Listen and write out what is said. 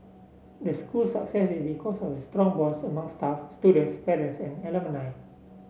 the school's success is because of the strong bonds among staff students parents and alumni